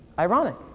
ironic,